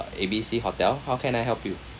A_B_C hotel how can I help you